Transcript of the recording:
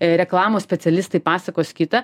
reklamos specialistai pasakos kitą